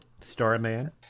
Starman